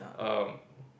err